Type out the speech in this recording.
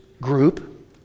group